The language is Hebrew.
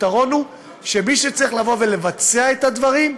הפתרון הוא שמי שצריך לבוא ולבצע את הדברים,